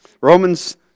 Romans